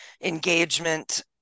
engagement